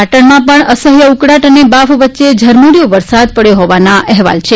પાટણમાં પણ અસહ્ય ઉકળાટ અને બાફ વચ્ચે ઝરમરીયો વરસાદ પડથો હોવાનો અહેવાલ છે